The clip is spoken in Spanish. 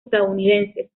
estadounidenses